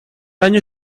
año